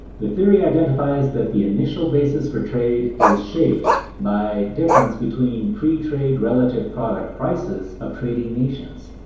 the theory identifies that the initial basis for trade is shaped by difference between pre-trade relative product prices of trading nations.